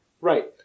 Right